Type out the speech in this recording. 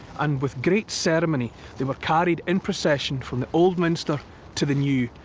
and with great ceremony they were carried in procession from the old minster to the new,